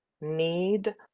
need